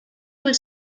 was